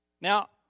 Now